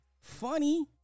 funny